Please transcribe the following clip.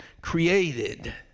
created